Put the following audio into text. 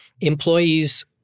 Employees